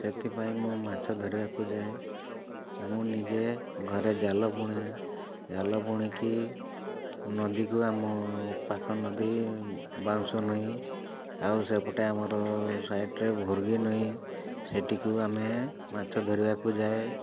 ସେଥିପାଇଁ ମୁଁ ମାଛ ଧରିବାକୁ ଯାଏ ମୁଁ ନିଜେ ଘରେ ଜାଲ ବୁଣେ ଜାଲ ବୁଣିକି ନଦୀକୁ ଆମ ପାଖ ନଦୀ ବାଉଁଶ ନଈ ଆଉ ସେପଟେ ଆମର ସାଇଡ଼୍ରେ ଭୁର୍ଗି ନଈ ସେଇଠିକୁ ଆମେ ମାଛ ଧରିବାକୁ ଯାଏ